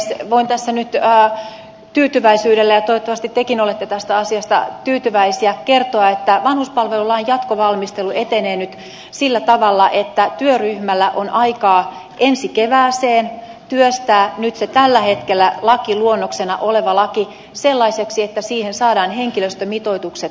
voin tässä nyt tyytyväisyydellä ja toivottavasti tekin olette tästä asiasta tyytyväinen kertoa että vanhuspalvelulain jatkovalmistelu etenee nyt sillä tavalla että työryhmällä on aikaa ensi kevääseen työstää se tällä hetkellä lakiluonnoksena oleva laki sellaiseksi että siihen saadaan henkilöstömitoitukset sisällytettyä